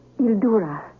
Ildura